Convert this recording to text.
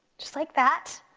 just like that,